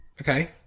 Okay